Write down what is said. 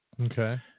Okay